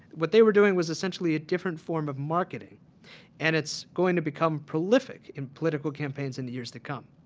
what they were doing was essentially a different form of marketing and it's going to become prolific in political campaigns in the years to come.